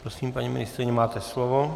Prosím, paní ministryně, máte slovo.